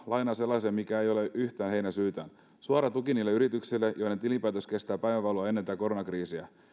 lainaa sellaiseen mikä ei ole yhtään heidän syytään suoraa tukea niille yrityksille joiden tilinpäätös kestää päivänvaloa ennen tätä koronakriisiä